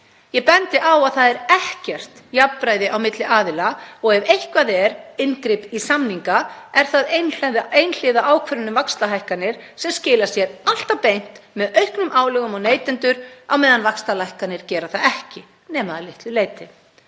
Ég bendi á að það er ekkert jafnræði á milli aðila og ef eitthvað er inngrip í samninga er það einhliða ákvörðun um vaxtahækkanir sem skilar sér alltaf beint með auknum álögum á neytendur á meðan vaxtalækkanir gera það ekki nema að litlu leyti.